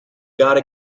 gotta